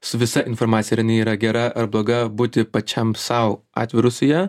su visa informacija ar jinai yra gera ar bloga būti pačiam sau atviru su ja